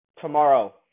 tomorrow